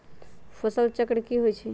फसल चक्र की होइ छई?